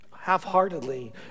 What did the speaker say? half-heartedly